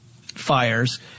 fires